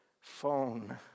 phone